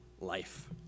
life